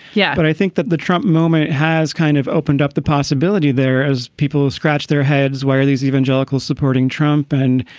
yeah. but i think that the trump moment has kind of opened up the possibility there as people who scratch their heads. why are these evangelicals supporting trump? and,